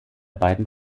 beiden